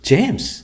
James